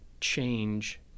change